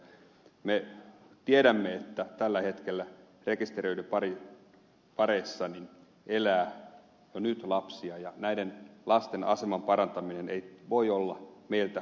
me tiedämme että tällä hetkellä rekisteröityjen parien perheissä elää jo nyt lapsia ja näiden lasten aseman parantaminen ei voi olla meiltä keneltäkään pois